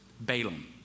Balaam